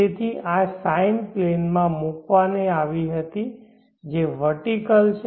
તેથી આ sine plane માં મૂકવામાં આવી હતી જે વેર્ટીકેલ છે